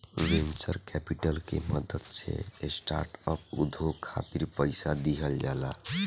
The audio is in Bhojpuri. वेंचर कैपिटल के मदद से स्टार्टअप उद्योग खातिर पईसा दिहल जाला